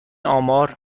آمار